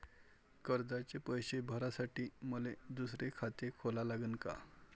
कर्जाचे पैसे भरासाठी मले दुसरे खाते खोला लागन का?